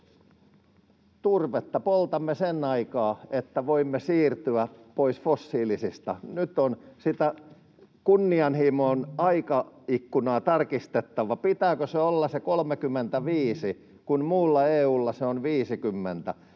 turvetta poltamme sen aikaa, että voimme siirtyä pois fossiilisista. Nyt on sitä kunnianhimon aikaikkunaa tarkistettava: Pitääkö se olla se 35, kun muulla EU:lla se on 50?